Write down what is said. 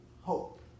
hope